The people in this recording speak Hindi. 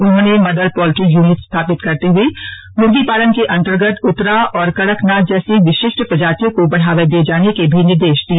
उन्होंने मदर पोल्ट्री यूनिट स्थापित करते हुए मुर्गीपालन के अन्तर्गत उत्तरा और कड़कनाथ जैसी विशिष्ट प्रजातियों को बढ़ावा दिये जाने के भी निर्देश दिए